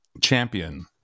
champion